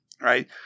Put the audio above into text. right